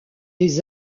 des